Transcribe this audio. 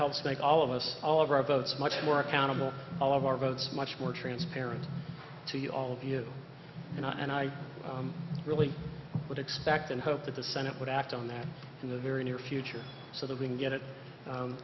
helps make all of us all of our votes much more accountable all of our votes much more transparent to you all of you and i really would expect and hope that the senate would act on that in the very near future so that we can get it